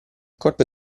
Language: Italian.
corpo